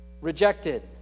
rejected